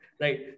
Right